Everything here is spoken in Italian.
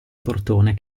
portone